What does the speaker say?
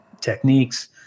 techniques